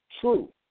true